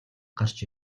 гарч